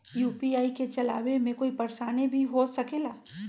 UPI के चलावे मे कोई परेशानी भी हो सकेला?